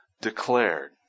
declared